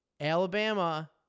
Alabama